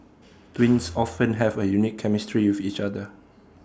twins often have A unique chemistry with each other